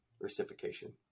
reciprocation